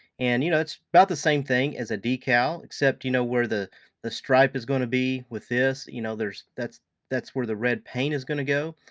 and you know it's about the same thing as a decal, except you know where the the stripe is gonna be with this, you know that's that's where the red paint is going to go,